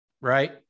right